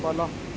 ಬಲ